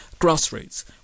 grassroots